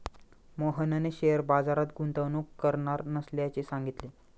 मोहनने शेअर बाजारात गुंतवणूक करणार नसल्याचे सांगितले